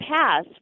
pass